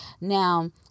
Now